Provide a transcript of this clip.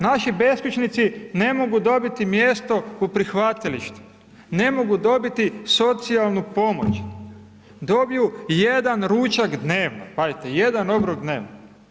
Naši beskućnici ne mogu dobiti mjesto u prihvatilištu, ne mogu dobiti socijalnu pomoć, dobiju jedan ručak dnevno, pazite, jedan obrok dnevno.